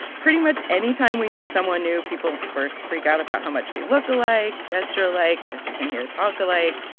pretty much anytime we meet someone new, people first freak out about how much we look alike, gesture alike, like as you can hear, talk alike.